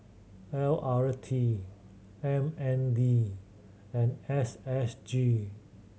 L R T M N D and S S G